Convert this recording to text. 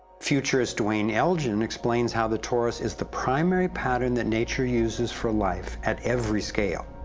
futurist duane elgin explains how the torus is the primary pattern that nature uses for life at every scale.